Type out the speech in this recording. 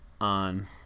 on